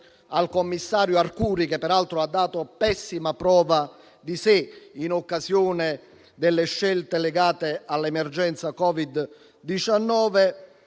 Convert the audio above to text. al commissario Arcuri, che peraltro ha dato pessima prova di sé in occasione delle scelte legate all'emergenza Covid-19,